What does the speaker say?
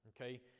okay